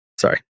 Sorry